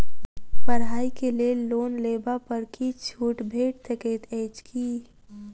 पढ़ाई केँ लेल लोन लेबऽ पर किछ छुट भैट सकैत अछि की?